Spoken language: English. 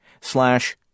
slash